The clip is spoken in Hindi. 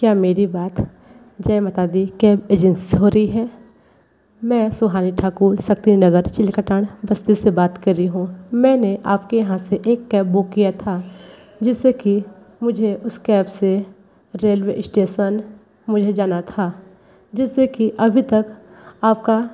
क्या मेरी बात जय माता दी कैब एजेंस से हो रही है मैं सुहानी ठाकुर शक्ति नगर चिल्कटान बस्ती से बात कर रही हूँ मैंने आपके यहाँ से एक कैब बुक किया था जिससे कि मुझे उस कैब से रेलवे इष्टेसन मुझे जाना था जेसे कि अभी तक आपका